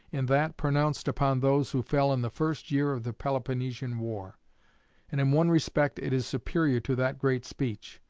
in that pronounced upon those who fell in the first year of the peloponnesian war and in one respect it is superior to that great speech.